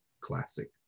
classic